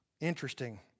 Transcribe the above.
Interesting